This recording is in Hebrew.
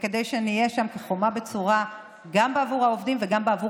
כדי שנהיה שם כחומה בצורה גם בעבור העובדים וגם בעבור